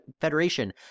federation